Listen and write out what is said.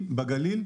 בגליל,